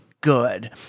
good